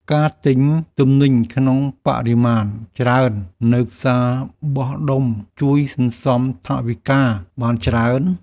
ការទិញទំនិញក្នុងបរិមាណច្រើន នៅផ្សារបោះដុំជួយសន្សំថវិកាបានច្រើន។